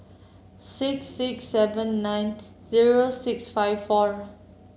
six six seven nine zero six five four